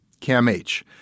CAMH